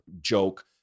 joke